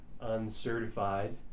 uncertified